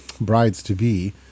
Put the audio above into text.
brides-to-be